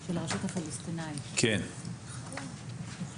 זה של הרשות הפלסטינית --- "אדמת האצילים,